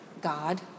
God